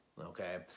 okay